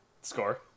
score